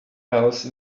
else